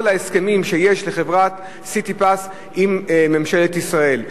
ההסכמים שיש לחברת "סיטיפס" עם ממשלת ישראל.